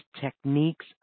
techniques